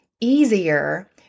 easier